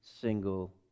single